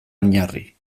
oinarri